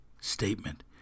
statement